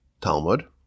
Talmud